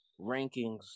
rankings